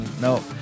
No